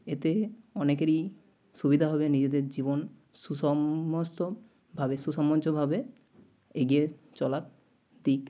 এতে অনেকেরই সুবিধা হবে নিজেদের জীবন সুসমস্তভাবে সুসমঞ্চভাবে এগিয়ে চলার দিক